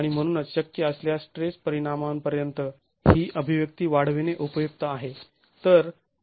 आणि म्हणूनच शक्य असल्यास स्ट्रेस परिणामापर्यंत ही अभिव्यक्ती वाढविणे उपयुक्त आहे